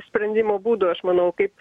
sprendimo būdų aš manau kaip